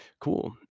Cool